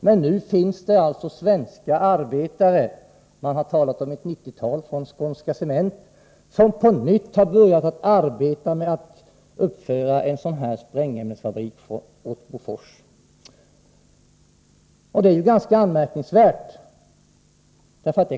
Men nu finns det alltså svenska arbetare — man har talat om ett nittiotal från Skånska Cement — som på nytt har börjat att arbeta med att uppföra en sprängämnesfabrik åt Bofors. Det är ganska anmärkningsvärt.